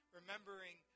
remembering